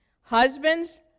Husbands